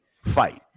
fight